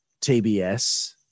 TBS